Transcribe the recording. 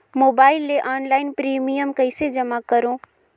Mobile ले online premium कइसे जमा करों?